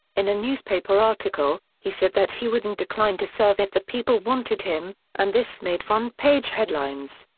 in a newspaper article, he said that he wouldn't decline to serve if the people wanted him, and this made front page headlines.